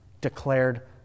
declared